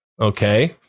Okay